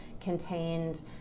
contained